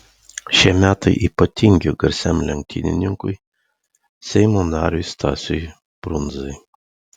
šie metai ypatingi garsiam lenktynininkui seimo nariui stasiui brundzai